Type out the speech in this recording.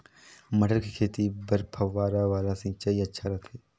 मटर के खेती बर फव्वारा वाला सिंचाई अच्छा रथे?